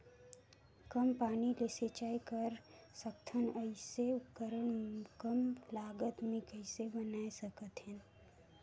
कम पानी ले सिंचाई कर सकथन अइसने उपकरण कम लागत मे कइसे बनाय सकत हन?